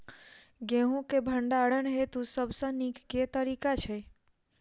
गेंहूँ केँ भण्डारण हेतु सबसँ नीक केँ तरीका छै?